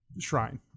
shrine